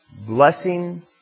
blessing